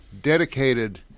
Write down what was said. dedicated